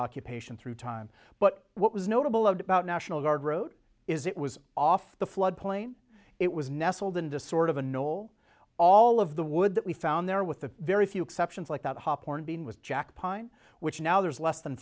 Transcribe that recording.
occupation through time but what was notable loved about national guard road is it was off the flood plain it was nestled into sort of a normal all of the wood that we found there with the very few exceptions like that hopper and being with jack pine which now there's less than